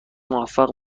موفق